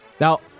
Now